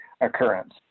occurrence